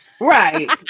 Right